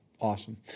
Awesome